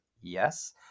yes